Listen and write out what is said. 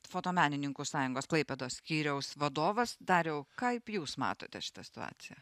fotomenininkų sąjungos klaipėdos skyriaus vadovas dariau kaip jūs matote šitą situaciją